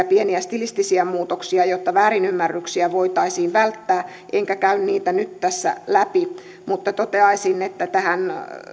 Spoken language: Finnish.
pieniä stilistisiä muutoksia jotta väärinymmärryksiä voitaisiin välttää enkä käy niitä nyt tässä läpi toteaisin että tähän